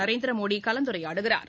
நரேந்திரமோடி கலந்துரையாடுகிறார்